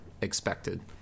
expected